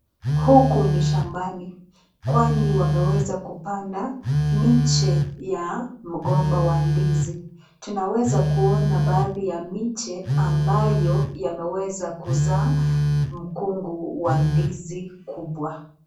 Huku ni shambani kwani wameweza kupanda miche ya mgomba wa ndizi. Tunaweza kuona baadhi ya miche ambayo yameweza kuzaa mkungu wa ndizi kubwa.